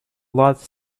large